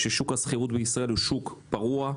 ששוק השכירות בישראל הוא שוק פרוע.